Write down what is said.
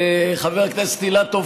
חבר הכנסת אילטוב,